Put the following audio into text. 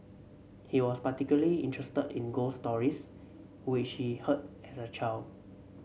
he was particularly interested in ghost stories which he heard as a child